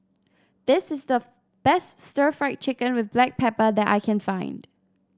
this is the best stir Fry Chicken with Black Pepper that I can find